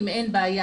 אם אין בעיה,